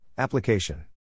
Application